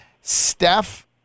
Steph